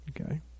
Okay